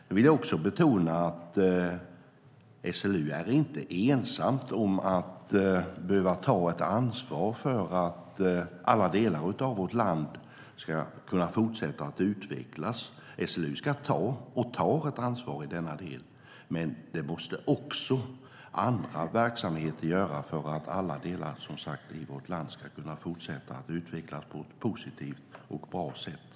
Jag vill betona att SLU inte är ensamt om att behöva ta ett ansvar för att alla delar av vårt land ska kunna fortsätta utvecklas. SLU ska ta och tar ett ansvar för detta, men det måste också andra verksamheter göra för att hela Sverige ska kunna fortsätta utvecklas på ett positivt och bra sätt.